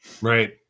Right